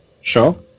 Sure